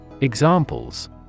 Examples